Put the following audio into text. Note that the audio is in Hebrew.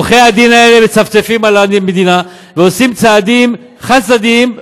עורכי הדין האלה מצפצפים על המדינה ועושים צעדים חד-צדדיים.